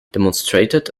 demonstrated